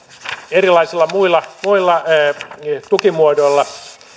erilaisilla muilla muilla tukimuodoilla